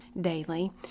daily